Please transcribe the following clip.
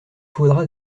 faudra